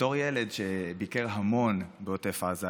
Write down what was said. בתור ילד שביקר המון בעוטף עזה,